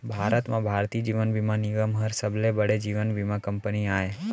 भारत म भारतीय जीवन बीमा निगम हर सबले बड़े जीवन बीमा कंपनी आय